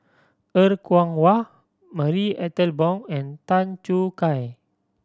Er Kwong Wah Marie Ethel Bong and Tan Choo Kai